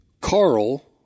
Carl